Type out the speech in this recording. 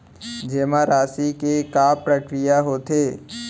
जेमा राशि के का प्रक्रिया होथे?